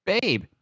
Babe